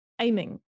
aiming